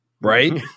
Right